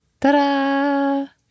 Ta-da